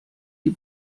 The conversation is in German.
die